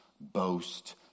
boast